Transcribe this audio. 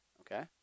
Okay